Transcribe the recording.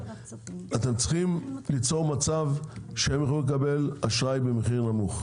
אתם צריכים ליצור מצב שהם יוכלו לקבל אשראי במחיר נמוך.